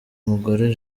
mugore